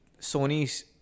Sony's